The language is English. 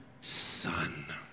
son